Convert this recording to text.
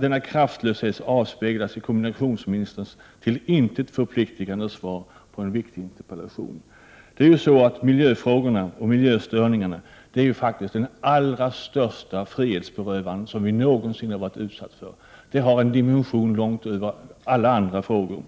Denna kraftlöshet avspeglas i kommunikationsministerns till intet förpliktigande svar på en viktig interpellation. Miljöfrågorna och miljöstörningarna är faktiskt den allra största frihetsberövare som vi någonsin har varit utsatta för. De har en dimension långt utöver alla andra frågor.